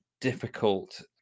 difficult